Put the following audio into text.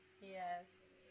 Yes